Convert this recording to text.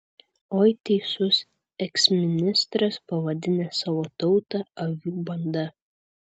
oi teisus eksministras pavadinęs savo tautą avių banda